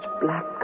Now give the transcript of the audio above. black